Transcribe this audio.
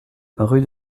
rue